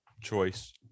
choice